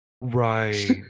Right